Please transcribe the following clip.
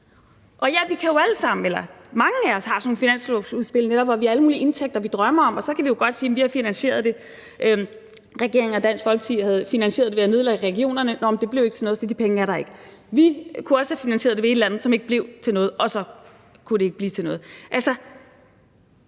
kan vi godt sige, at vi har finansieret det. Regeringen og Dansk Folkeparti havde finansieret det ved at nedlægge regionerne, men det blev ikke til noget, så de penge var der ikke. Vi kunne også have finansieret det ved hjælp af et eller andet, som ikke blev til noget,